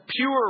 pure